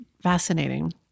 fascinating